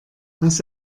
was